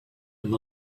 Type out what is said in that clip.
him